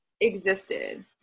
existed